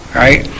right